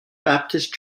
baptist